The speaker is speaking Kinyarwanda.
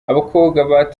abakobwa